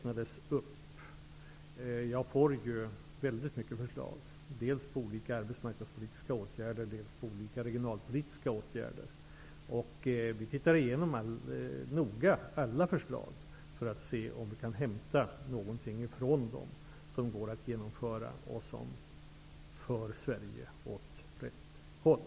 Jag får väldigt många förslag dels på olika arbetmarknadspolitiska åtgärder, dels på olika regionalpolitiska åtgärder. Vi ser noga igenom alla förslag för att se om vi kan hämta någonting från dem som går att genomföra och som för Sverige åt rätt håll.